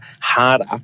harder